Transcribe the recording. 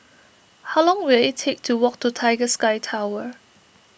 how long will it take to walk to Tiger Sky Tower